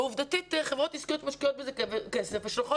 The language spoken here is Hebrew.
ועובדתית חברות עסקיות משקיעות בזה כסף ושולחות